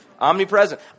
omnipresent